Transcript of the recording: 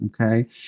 Okay